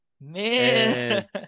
man